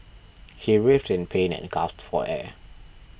he writhed in pain and gasped for air